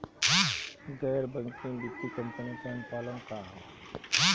गैर बैंकिंग वित्तीय कंपनी के अनुपालन का ह?